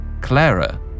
Clara